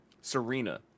Serena